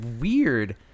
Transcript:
weird